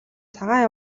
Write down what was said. цагаан